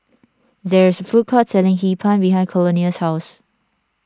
there is a food court selling Hee Pan behind Colonel's house